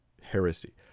heresy